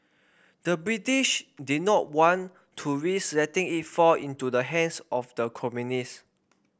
the British did not want to risk letting it fall into the hands of the communists